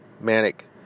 Manic